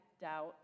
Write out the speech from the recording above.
doubt